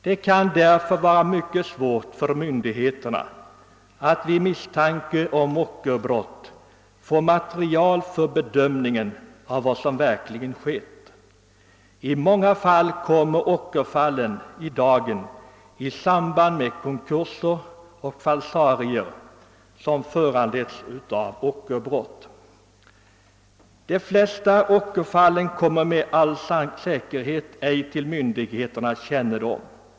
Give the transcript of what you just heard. Det kan därför vara mycket svårt för myndigheterna att vid misstanke om ockerbrott få material för bedömningen av vad som verkligen skett. Inte sällan kommer ockerfallen i dagen i samband med konkurser och falsarier som föranletts av ockerbrott. De flesta ockerfall kommer med all säkerhet ej till myndigheternas kännedom.